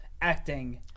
acting